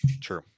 True